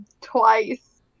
twice